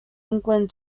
england